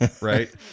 Right